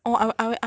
uh